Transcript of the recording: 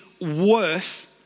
worth